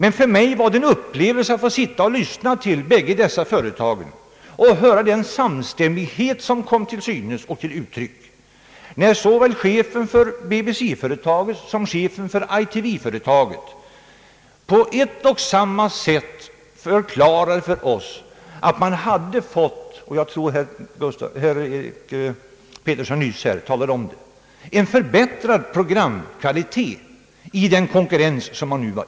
För mig var det en upplevelse att få lyssna till företrädarna för dessa båda företag och höra den samstämmighet som kom till uttryck när såväl chefen för BBC som chefen för ITA på ett och samma sätt förklarade för oss att man hade fått — och jag tror att herr Eric Peterson också talade om detta — en förbättrad programkvalitet i den konkurrens man nu hade.